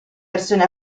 versione